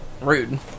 Rude